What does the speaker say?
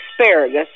asparagus